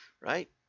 right